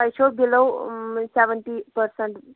تۄہہِ چھو بِلو سیٚوَنٹی پٔرسَنٹ